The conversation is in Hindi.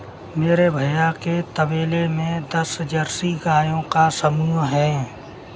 मेरे भैया के तबेले में दस जर्सी गायों का समूह हैं